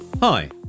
Hi